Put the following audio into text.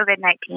COVID-19